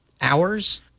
hours